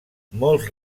molts